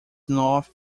north